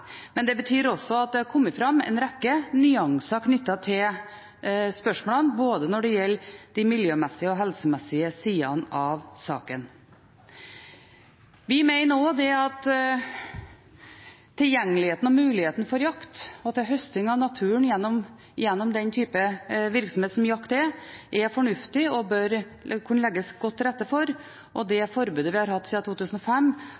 men det betyr også at det har kommet fram en rekke nyanser knyttet til spørsmålene om både de miljømessige og de helsemessige sidene av saka. Vi mener også at tilgjengeligheten og muligheten til jakt og til høsting av naturen gjennom den type virksomhet som jakt er, er fornuftig, og det bør kunne legges godt til rette for det. Det forbudet vi har hatt siden 2005,